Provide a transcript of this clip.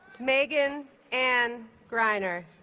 megan anne greiner